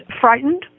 frightened